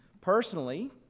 Personally